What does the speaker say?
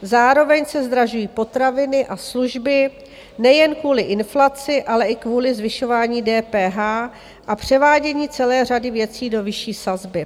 Zároveň se zdražují potraviny a služby nejen kvůli inflaci, ale i kvůli zvyšování DPH a převádění celé řady věcí do vyšší sazby.